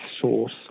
source